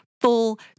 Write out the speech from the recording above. full